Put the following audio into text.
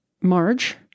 Marge